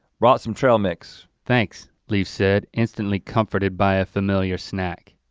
brought some trail mix. thanks, leaf said, instantly comforted by a familiar snack.